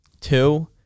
two